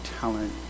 talent